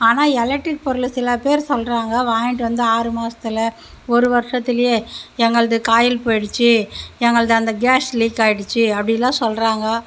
ஆனால் எலக்ட்ரிக் பொருள் சில பேர் சொல்லுறாங்க வாங்கிட்டு வந்த ஆறு மாதத்துல ஒரு வருசத்துலையே எங்களுது காயில் போயிடுச்சு எங்களுது அந்த கேஸ் லீக் ஆயிடுச்சு அப்படின்லாம் சொல்லுறாங்க